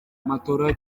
matola